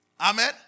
Amen